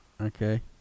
Okay